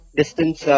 distance